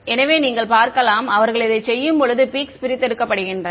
எனவே நீங்கள் பார்க்கலாம் அவர்கள் இதைச் செய்யும்போது பீக்ஸ் பிரித்தெடுக்கப்படுகின்றன